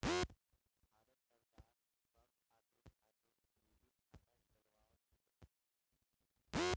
भारत सरकार सब आदमी खातिर निजी खाता खोलवाव तिया